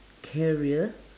career